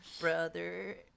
Brother